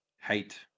hate